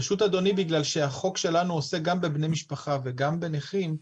פשוט אדוני בגלל שהחוק שלנו עוסק גם בבני משפחה וגם בנכים,